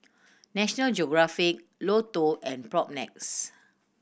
National Geographic Lotto and Propnex